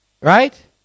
Right